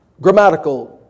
grammatical